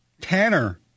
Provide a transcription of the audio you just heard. Tanner